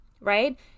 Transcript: right